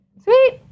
Sweet